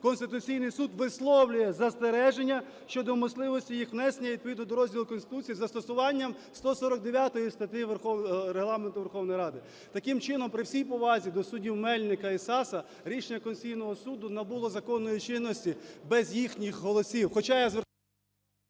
Конституційний Суд висловлює застереження щодо можливості їх внесення відповідно до розділу Конституції із застосування 149 статті Регламенту Верховної Ради". Таким чином, при всій повазі до суддів Мельника і Саса, рішення Конституційного Суду набуло законної чинності без їхніх голосів.